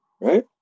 right